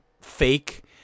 fake